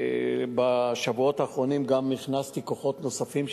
ובשבועות האחרונים הכנסתי גם כוחות נוספים,